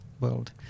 world